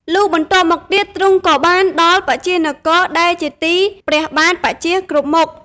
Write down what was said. លុះបន្ទាប់មកទៀត ទ្រង់ក៏បានដល់បញ្ចាល៍នគរ ដែលជាទីព្រះបាទបញ្ចាល៍គ្រប់គ្រង។